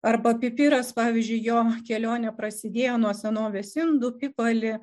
arba pipiras pavyzdžiui jo kelionė prasidėjo nuo senovės indų pipali